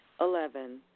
Eleven